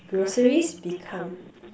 groceries become